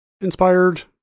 inspired